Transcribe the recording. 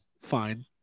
fine